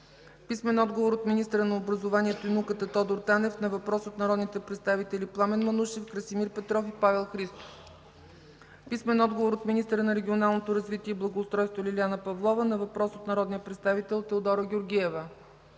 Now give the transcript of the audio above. Петрова; - министъра на образованието и науката Тодор Танев на въпрос от народните представители Пламен Манушев, Красимир Петров и Павел Христов; - министъра на регионалното развитие и благоустройството Лиляна Павлова на въпрос от народния представител Теодора Георгиева;